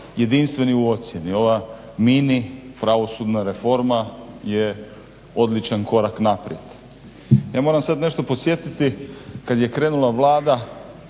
jedinstveni u ocjeni. Ova mini pravosudna reforma je odličan korak naprijed. Ja moram sad nešto podsjetiti, kad je krenula Vlada